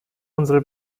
unsere